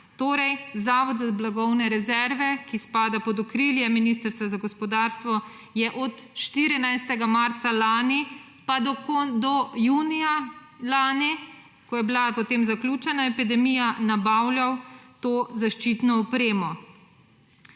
Torej Zavod za blagovne rezerve, ki spada pod okrilje Ministrstva za gospodarstvo, je od 14. marca lani pa do junija lani, ko je bila potem zaključena epidemija, nabavljal to zaščitno opremo.